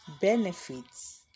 Benefits